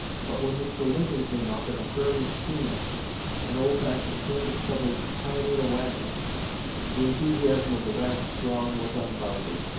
but when mr. lincoln came up, in a prairie schooner an old-fashioned canvas-covered pioneer wagon the enthusiasm of the vast throng was unbounded.